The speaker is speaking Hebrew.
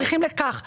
צריכים לכך עובדים,